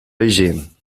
beijing